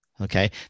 okay